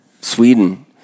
Sweden